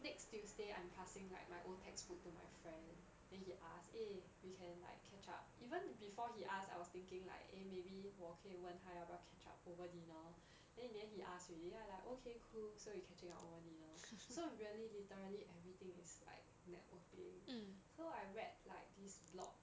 next tuesday I'm passing like my old textbook to my friend then he ask eh we can like catch up even before he asked I was thinking like eh maybe 我可以问他要不要 catch up over dinner then in the end he asked already then I like okay cool so we catching up over dinner so really literally everything is like networking so I read like this blog